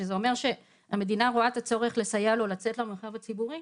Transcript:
שזה אומר שהמדינה רואה את הצורך לסייע לו לצאת למרחב הציבורי,